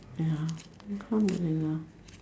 ya alhamdulillah